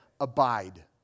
Abide